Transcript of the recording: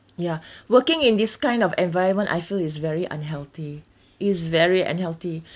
ya working in this kind of environment I feel is very unhealthy is very unhealthy